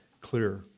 clear